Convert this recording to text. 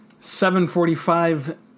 7.45